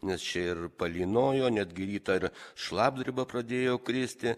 nes čia ir palynojo netgi rytą ir šlapdriba pradėjo kristi